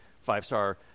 five-star